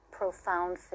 profound